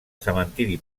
cementiri